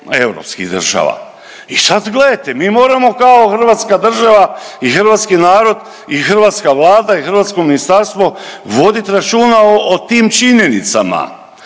europskih država. I sad gledajte mi moramo kao Hrvatska država i hrvatski narod i hrvatska Vlada i hrvatsko ministarstvo, vodit računa o tim činjenicama,